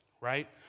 right